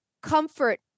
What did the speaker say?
comfort